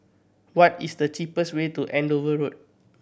what is the cheapest way to Andover Road